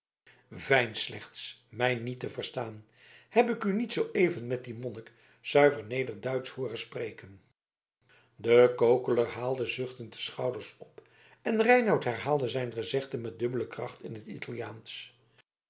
veins slechts mij niet te verstaan heb ik u niet zooeven met dien monnik zuiver nederduitsch hooren spreken de kokeler haalde zuchtend de schouders op en reinout herhaalde zijn gezegde met dubbele kracht in t italiaansch